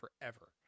forever